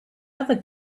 other